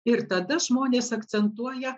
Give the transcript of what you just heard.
ir tada žmonės akcentuoja